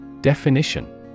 Definition